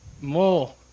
more